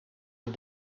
een